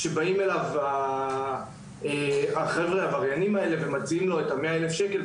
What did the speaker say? לקבל הצעה לא ראויה מעבריינים בגובה של 100,000 שקל.